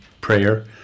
Prayer